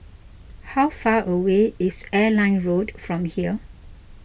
how far away is Airline Road from here